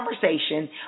conversation